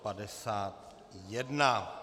51.